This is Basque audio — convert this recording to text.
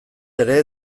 ere